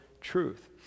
truth